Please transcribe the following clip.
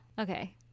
okay